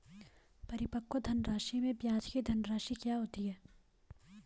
परिपक्व धनराशि में ब्याज की धनराशि क्या होती है?